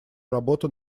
работу